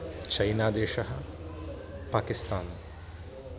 China देशः पाकिस्तान्